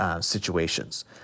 situations